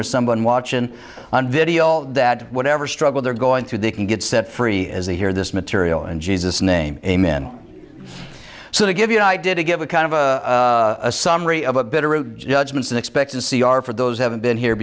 or someone watching on video that whatever struggle they're going through they can get set free as they hear this material in jesus name amen so to give you an idea to give a kind of a a summary of a bit or a judgment in expectancy are for those haven't been here